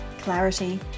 clarity